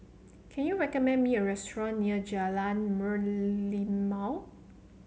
can you recommend me a restaurant near Jalan Merlimau